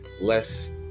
less